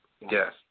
Yes